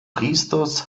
priesters